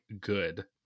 good